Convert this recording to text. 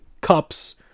cups